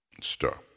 stop